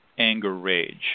anger-rage